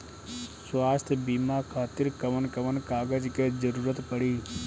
स्वास्थ्य बीमा खातिर कवन कवन कागज के जरुरत पड़ी?